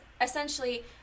essentially